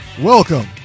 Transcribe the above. welcome